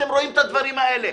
אתם רואים את הדברים האלה.